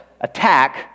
attack